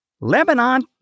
Lebanon